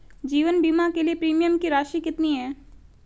जीवन बीमा के लिए प्रीमियम की राशि कितनी है?